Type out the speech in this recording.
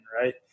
Right